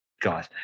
guys